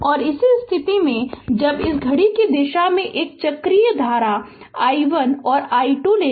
और इस स्थिति में जब इस घड़ी की दिशा में एक चक्रीय धारा i1 और i2 लें